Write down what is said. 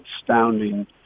astounding